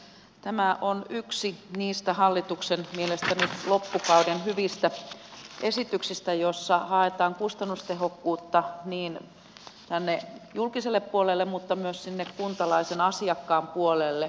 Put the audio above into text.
tämä on mielestäni yksi niistä hallituksen loppukauden hyvistä esityksistä joissa haetaan kustannustehokkuutta niin julkiselle puolelle kuin kuntalaisen asiakkaan puolelle